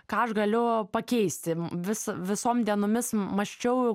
ką aš galiu pakeisti vis visom dienomis mąsčiau